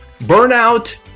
burnout